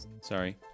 Sorry